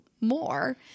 more